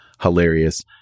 hilarious